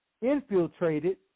infiltrated